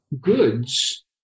goods